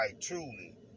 truly